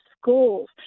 schools